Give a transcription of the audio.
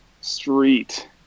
street